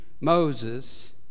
Moses